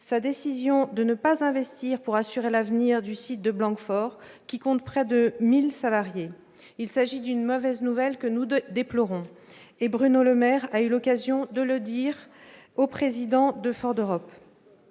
sa décision de ne pas investir pour assurer l'avenir du site de Blanquefort, qui compte près de 1 000 salariés. Il s'agit d'une mauvaise nouvelle, que nous déplorons. Bruno Le Maire a eu l'occasion de le dire au président de Ford Europe,